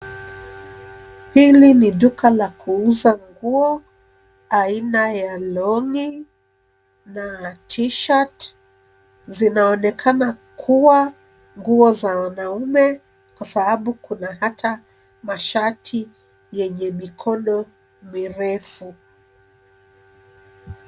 Hili ni duka la kuuza nguo aina ya long'i na T-shirt zinaonekana kuwa nguo za wanaume kwa sababu kuna hata mashati yenye mikono mirefu.